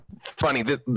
funny